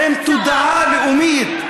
עם תודעה לאומית.